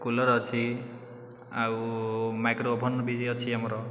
cooler ଅଛି ଆଉ micro oven ବି ଅଛି ଆମର